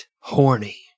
Horny